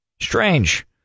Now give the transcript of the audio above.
Strange